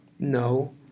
No